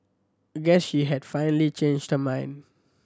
guess she had finally changed the mind